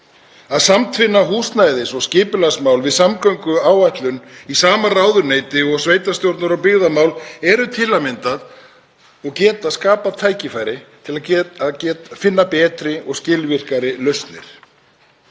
Að samtvinna húsnæðis- og skipulagsmál við samgönguáætlun í sama ráðuneyti og sveitarstjórnar- og byggðamál til að mynda getur til skapað tækifæri til að finna betri og skilvirkari lausnir.